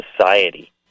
Society